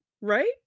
Right